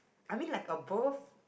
I mean like above